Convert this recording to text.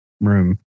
room